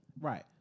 Right